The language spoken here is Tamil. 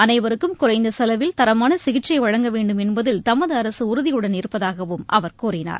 அனைவருக்கும் குறைந்த செலவில் தரமான சிகிச்சை வழங்க வேண்டும் என்பதில் தமது அரசு உறுதியுடன் இருப்பதாகவும் அவர் கூறினார்